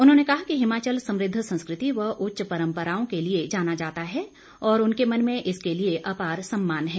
उन्होंने कहा कि हिमाचल समृद्ध संस्कृति व उच्च परम्पराओं के लिए जाना जाता है और उनके मन में इसके लिए अपार सम्मान है